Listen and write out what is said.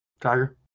Tiger